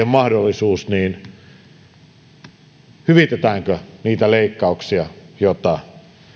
mahdollisuus hyvitetäänkö niitä leikkauksia joita